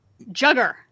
Jugger